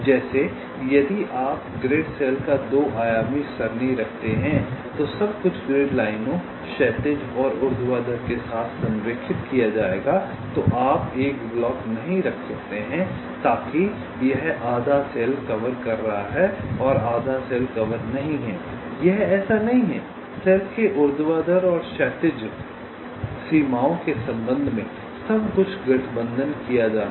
जैसे यदि आप ग्रिड सेल का 2 आयामी सरणी रखते हैं तो सब कुछ ग्रिड लाइनों क्षैतिज और ऊर्ध्वाधर के साथ संरेखित किया जाएगा तो आप एक ब्लॉक नहीं रख सकते हैं ताकि यह आधा सेल कवर कर रहा है और आधा सेल कवर नहीं है यह ऐसा नहीं है सेल के ऊर्ध्वाधर और क्षैतिज सीमाओं के संबंध में सब कुछ गठबंधन किया जाना है